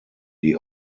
die